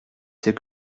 c’est